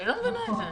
אני לא מבינה את זה.